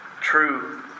true